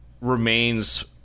remains